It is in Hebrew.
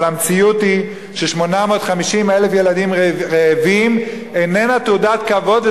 אבל המציאות היא ש-850,000 ילדים רעבים אינם תעודת כבוד,